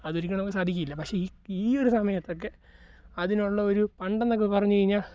അതൊരിക്കലും നമുക്ക് സാധിക്കില്ല പക്ഷേ ഈ ഈ ഒരു സമയത്തൊക്കെ അതിനുള്ള ഒരു പണ്ടെന്നൊക്കെ പറഞ്ഞു കഴിഞ്ഞാൽ